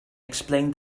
explained